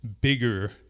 bigger